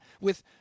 with